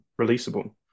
releasable